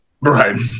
Right